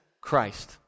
Christ